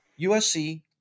USC